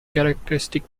characteristic